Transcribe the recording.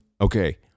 Okay